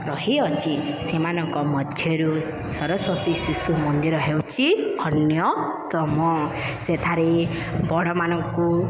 ରହିଅଛି ସେମାନଙ୍କ ମଧ୍ୟରୁ ସରସ୍ଵତୀ ଶିଶୁ ମନ୍ଦିର ହେଉଛିି ଅନ୍ୟତମ ସେଠାରେ ବଡ଼ମାନଙ୍କୁ